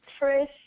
Trish